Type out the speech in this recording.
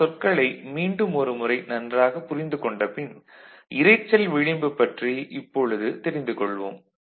இந்த சொற்களை மீண்டும் ஒரு முறை நன்றாக புரிந்து கொண்ட பின் இரைச்சல் விளிம்பு பற்றி இப்பொழுது தெரிந்து கொள்வோம்